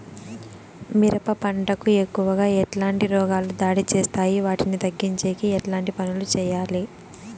మిరప పంట కు ఎక్కువగా ఎట్లాంటి రోగాలు దాడి చేస్తాయి వాటిని తగ్గించేకి ఎట్లాంటి పనులు చెయ్యాలి?